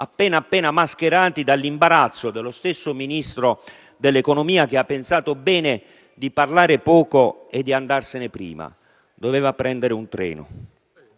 appena mascherati dall'imbarazzo dello stesso Ministro dell'economia, che ha pensato bene di parlare poco e di andarsene prima perché doveva prendere un treno.